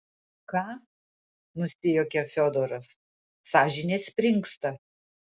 ką nusijuokė fiodoras sąžinė springsta